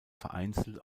vereinzelt